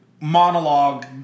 monologue